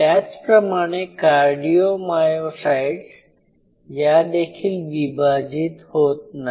त्याचप्रमाणे cardiomyocytes यादेखील विभाजित होत नाही